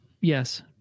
yes